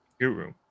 guru